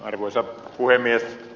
arvoisa puhemies